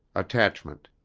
attachment